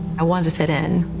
i wanted to fit in.